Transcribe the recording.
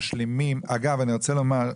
אגב, אני רוצה לומר,